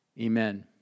amen